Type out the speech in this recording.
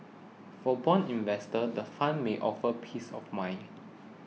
for bond investors the fund may offer peace of mind